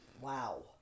Wow